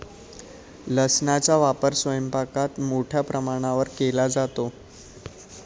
लसणाचा वापर स्वयंपाकात मोठ्या प्रमाणावर केला जातो